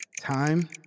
Time